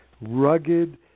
rugged